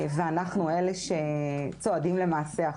ואנחנו אלה שצועדים למעשה.